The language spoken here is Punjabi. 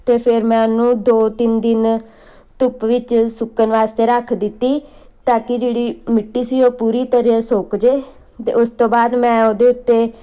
ਅਤੇ ਫਿਰ ਮੈਂ ਉਹਨੂੰ ਦੋ ਤਿੰਨ ਦਿਨ ਧੁੱਪ ਵਿੱਚ ਸੁੱਕਣ ਵਾਸਤੇ ਰੱਖ ਦਿੱਤੀ ਤਾਂ ਕਿ ਜਿਹੜੀ ਮਿੱਟੀ ਸੀ ਉਹ ਪੂਰੀ ਤਰ੍ਹਾਂ ਸੁੱਕ ਜੇ ਅਤੇ ਉਸ ਤੋਂ ਬਾਅਦ ਮੈਂ ਉਹਦੇ ਉੱਤੇ